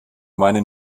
meinen